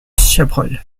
chabrol